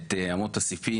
את אמות הסיפים,